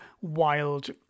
wild